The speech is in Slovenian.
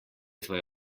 tvoj